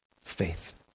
Faith